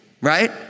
right